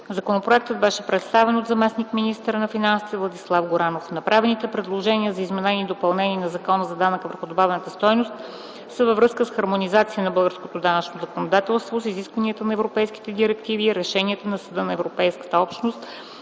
Законопроектът беше представен от заместник-министъра на финансите Владислав Горанов. Направените предложения за изменение и допълнение на Закона за данък върху добавената стойност са във връзка с хармонизация на българското данъчно законодателство с изискванията на европейските директиви и решенията на Съда на Европейската общност